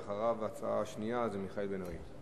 אחריו, ההצעה השנייה, של מיכאל בן-ארי.